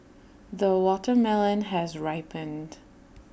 the watermelon has ripened